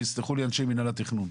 ויסלחו לי אנשי מינהל התכנון,